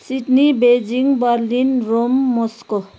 Sydney Beijing Berlin Rome Moscow